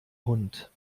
hund